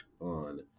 on